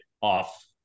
off